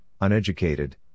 uneducated